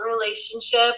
relationship